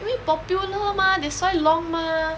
因为 popular mah that's why long mah